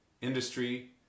industry